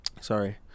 Sorry